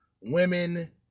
women